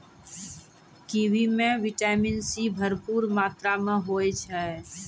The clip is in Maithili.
कीवी म विटामिन सी भरपूर मात्रा में होय छै